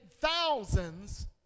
Thousands